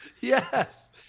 Yes